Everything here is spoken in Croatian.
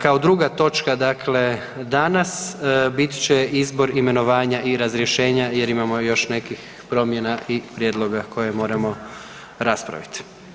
Kao druga točka dakle danas bit će Izbor, imenovanja i razrješenja jer imamo još nekih promjena i prijedloga koje moramo raspravit.